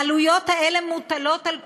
העלויות האלה מוטלות על כולנו,